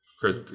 Chris